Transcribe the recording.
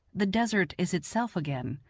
the desert is itself again,